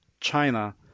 China